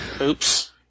Oops